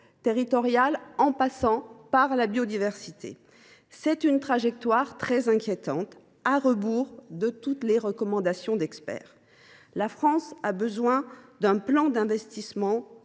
territoriales, en passant par la biodiversité. Cette trajectoire est très inquiétante ; elle va à rebours de toutes les recommandations des experts. La France a besoin d’un plan d’investissement